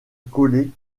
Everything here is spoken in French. collée